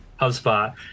HubSpot